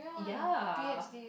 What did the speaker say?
ya